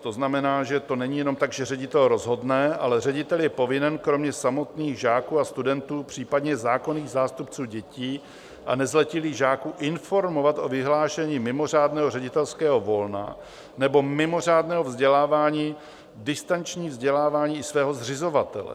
To znamená, že to není jenom tak, že ředitel rozhodne, ale ředitel je povinen kromě samotných žáků a studentů, případně zákonných zástupců dětí a nezletilých žáků, informovat o vyhlášení mimořádného ředitelského volna nebo mimořádného vzdělávání, distančního vzdělávání, i svého zřizovatele.